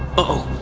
oh.